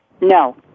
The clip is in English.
No